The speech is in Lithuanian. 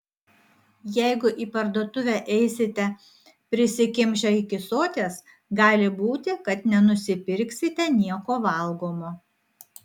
jeigu į parduotuvę eisite prisikimšę iki soties gali būti kad nenusipirksite nieko valgomo